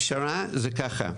הפשרה היא כזו: